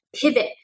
pivot